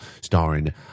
starring